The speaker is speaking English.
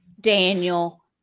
Daniel